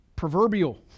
proverbial